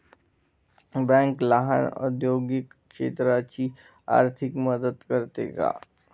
Bank लहान औद्योगिक क्षेत्राची आर्थिक मदत करते का?